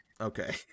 Okay